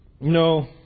no